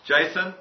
Jason